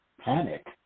panic